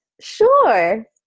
Sure